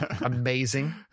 amazing